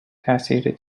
تاثیر